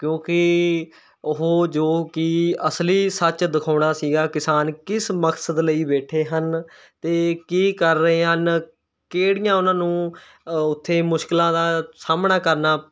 ਕਿਉਂਕਿ ਉਹ ਜੋ ਕਿ ਅਸਲੀ ਸੱਚ ਦਿਖਾਉਣਾ ਸੀਗਾ ਕਿਸਾਨ ਕਿਸ ਮਕਸਦ ਲਈ ਬੈਠੇ ਹਨ ਅਤੇ ਕੀ ਕਰ ਰਹੇ ਹਨ ਕਿਹੜੀਆਂ ਉਹਨਾਂ ਨੂੰ ਉੱਥੇ ਮੁਸ਼ਕਿਲਾਂ ਦਾ ਸਾਹਮਣਾ ਕਰਨਾ